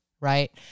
right